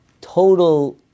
total